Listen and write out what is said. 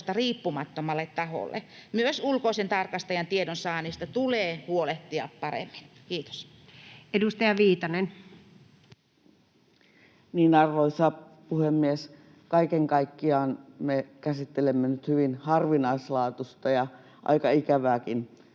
riippumattomalle taholle. Myös ulkoisen tarkastajan tiedonsaannista tulee huolehtia paremmin. — Kiitos. Edustaja Viitanen. Arvoisa puhemies! Kaiken kaikkiaan me käsittelemme nyt hyvin harvinaislaatuista ja aika ikävääkin